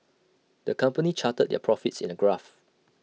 the company charted their profits in A graph